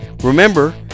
Remember